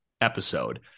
episode